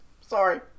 sorry